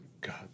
God